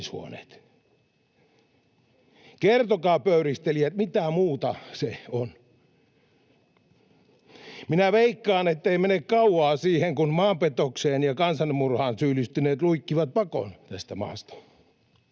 Kertokaa, pöyristelijät, mitä muuta se on. Minä veikkaan, ettei mene kauaa siihen, kun maanpetokseen ja kansanmurhaan syyllistyneet luikkivat pakoon tästä maasta.